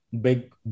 big